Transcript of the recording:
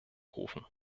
rufen